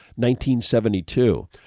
1972